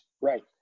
Right